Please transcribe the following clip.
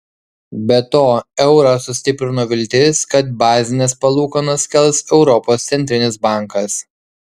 be to eurą sustiprino viltis kad bazines palūkanas kels europos centrinis bankas